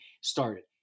started